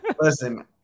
listen